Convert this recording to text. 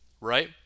right